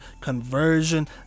conversion